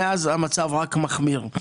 מאז המצב רק מחמיר.